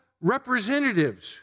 representatives